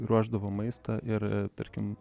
ruošdavo maistą ir tarkim